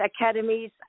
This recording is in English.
academies